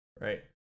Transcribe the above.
Right